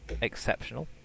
exceptional